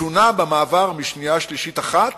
שונה במעבר משנייה ושלישית אחת